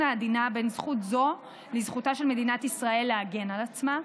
העדינה בין זכות זו לזכותה של מדינת ישראל להגן על עצמה,